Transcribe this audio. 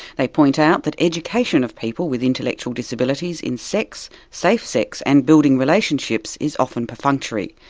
they point out that education of people with intellectual disabilities in sex, safe sex, and building relationships, is often perfunctory,